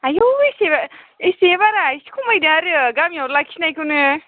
आइयौ एसे एसे बारा एसे खमायदो आरो गामियाव लाखिनायखौनो